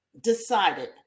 decided